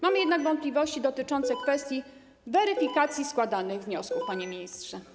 Mamy jednak wątpliwości dotyczące kwestii weryfikacji składanych wniosków, panie ministrze.